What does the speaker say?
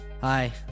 Hi